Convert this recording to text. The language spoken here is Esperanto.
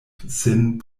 sin